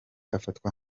afatwa